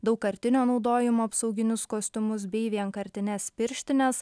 daugkartinio naudojimo apsauginius kostiumus bei vienkartines pirštines